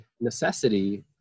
necessity